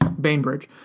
Bainbridge